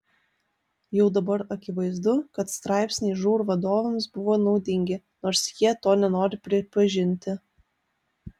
jau dabar akivaizdu kad straipsniai žūr vadovams buvo naudingi nors jie to nenori pripažinti